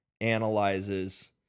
analyzes